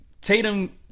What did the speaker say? Tatum